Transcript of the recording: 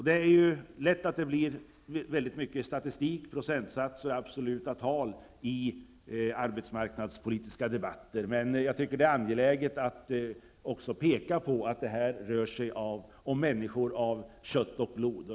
Det blir lätt mycket statistik, procentsatser och absoluta tal, i arbetsmarknadspolitiska debatter. Men jag tycker det är angeläget att också peka på att det här rör sig om människor av kött och blod.